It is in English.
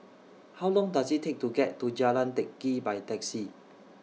How Long Does IT Take to get to Jalan Teck Kee By Taxi